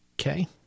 okay